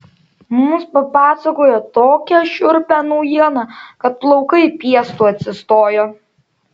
mums papasakojo tokią šiurpią naujieną kad plaukai piestu atsistojo